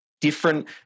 Different